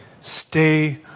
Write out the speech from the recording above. stay